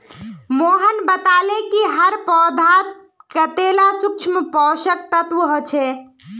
मोहन बताले कि हर पौधात कतेला सूक्ष्म पोषक तत्व ह छे